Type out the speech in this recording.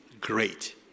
great